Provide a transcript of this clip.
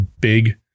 big